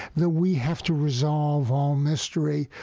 that we have to resolve all mystery.